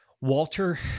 Walter